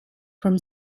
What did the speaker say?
from